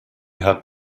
had